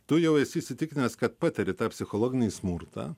tu jau esi įsitikinęs kad patiri tą psichologinį smurtą